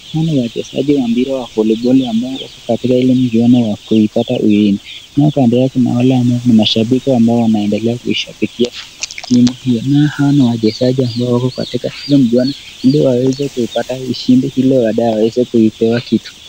Hawa ni wachezaji wa mpira wa voliboli ambao wako kwa ile mchuano wa kuipata ushindi. Nao kando yao kuna mashabiki ambao wanaoendelea kuishabikia nyuma pia. Nao hawa ni wachezaji wanao kwenye mchuano ili waweze kuipata ushindi ili waweze kuipewa kitu.